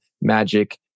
Magic